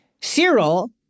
Cyril